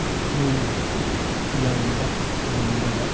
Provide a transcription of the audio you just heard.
ꯑꯩꯈꯣꯏꯅ ꯌꯧꯕ ꯉꯝꯗꯕ